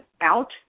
out